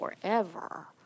forever